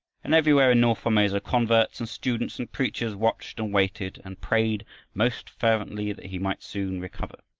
and everywhere in north formosa, converts and students and preachers watched and waited and prayed most fervently that he might soon recover.